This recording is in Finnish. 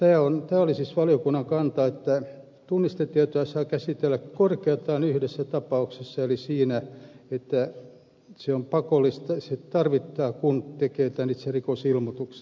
tämä oli siis valiokunnan kanta että tunnistetietoja saa käsitellä korkeintaan yhdessä tapauksessa eli siinä että se on pakollista kun tekee itse rikosilmoituksen